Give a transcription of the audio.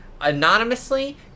anonymously